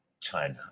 China